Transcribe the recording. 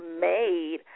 made